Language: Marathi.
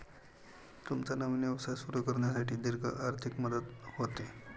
तुमचा नवीन व्यवसाय सुरू करण्यासाठी दीर्घ आर्थिक मदत होते